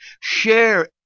share